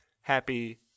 happy